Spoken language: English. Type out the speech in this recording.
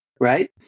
right